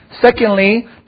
Secondly